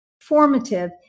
formative